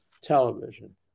television